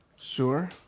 Sure